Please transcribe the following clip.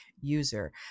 user